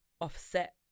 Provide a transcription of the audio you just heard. offset